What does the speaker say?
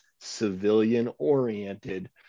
civilian-oriented